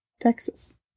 Texas